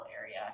area